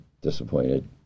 disappointed